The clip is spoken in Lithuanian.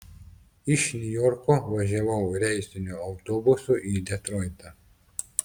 iš niujorko važiavau reisiniu autobusu į detroitą